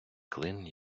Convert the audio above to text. клин